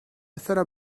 thought